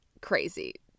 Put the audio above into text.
crazy